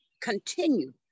Continue